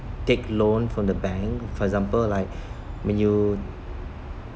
take loan from the bank for example like when you